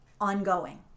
ongoing